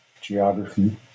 geography